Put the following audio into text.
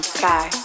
sky